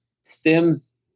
stems